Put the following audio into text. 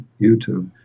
YouTube